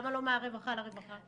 למה לא מהרווחה לרווחה?